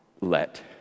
let